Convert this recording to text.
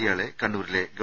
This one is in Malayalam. ഇയാളെ കണ്ണൂരിലെ ഗവ